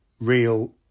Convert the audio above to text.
real